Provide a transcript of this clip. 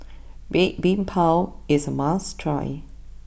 Red Bean Bao is a must try